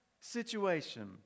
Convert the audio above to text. situation